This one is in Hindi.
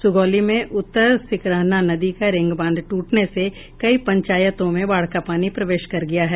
सुगौली में उत्तर सिकरहना नदी का रिंग बांध ट्टने से कई पंचायतों में बाढ़ का पानी प्रवेश कर गया है